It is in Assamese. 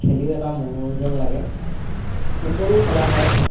খেলিও এটা মনোৰঞ্জন লাগে ফুটবলো খেলা হয়